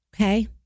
okay